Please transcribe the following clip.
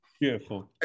Beautiful